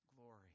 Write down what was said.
glory